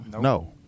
No